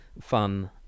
fun